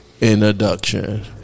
introduction